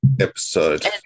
episode